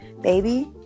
baby